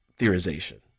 theorization